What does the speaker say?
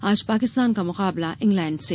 आज पाकिस्तान का मुकाबला इंग्लैंड से